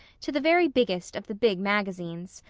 to the very biggest of the big magazines.